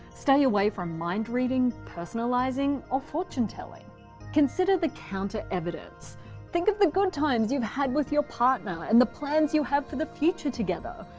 stay away from mind-reading, personalising or fortune-telling consider the counter-evidence. think of the good times you've had with your partner and the plans you have for the future together.